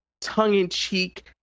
tongue-in-cheek